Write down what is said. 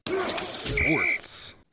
Sports